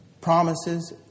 promises